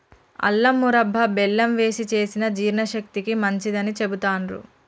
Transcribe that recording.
అల్లం మురబ్భ బెల్లం వేశి చేసిన జీర్ణశక్తికి మంచిదని చెబుతాండ్రు